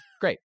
Great